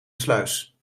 sluis